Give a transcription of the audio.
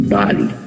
body